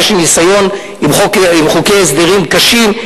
ויש לי ניסיון עם חוקי הסדרים קשים.